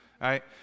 right